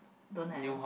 don't have